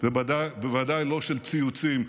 ובוודאי לא של ציוצים.